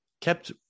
kept